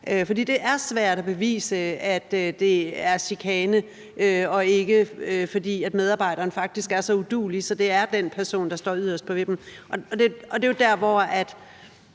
det er svært at bevise, at det er chikane, og at det ikke er, fordi medarbejderen faktisk er så uduelig, at det er den person, der står yderst på vippen.